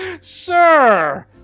Sir